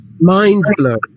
mind-blowing